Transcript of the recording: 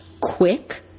quick